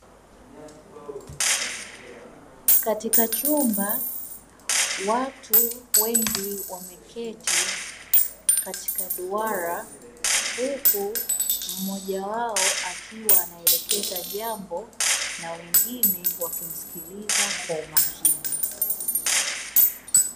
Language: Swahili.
Katika chumba watu wengi wameketi katika duara, huku mmoja wao akiwa anaelekeza jambo na wengine wakimsikiliza kwa umakini.